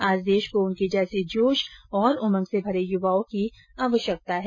आज देश को उनके जैसे जोश और उमंग से मरे यूवाओं की आवश्यकता है